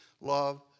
love